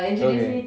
it's okay